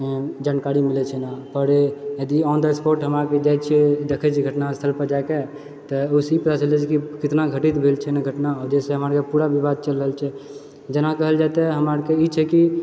जानकारी मिलै छै ने पर यदि ऑन द स्पॉट हमरा आरके जाइ छियै देखै छियै घटना स्थल पर जाकए तऽ ओहिसँ ई पता चलै छै की कितना घटित भेल छै घटना जाहिसँ हमरा आरके पूरा विवाद चलि रहल छै जेना कहल जाए तऽ हमरा आरके ई छै की